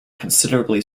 considerably